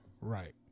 Right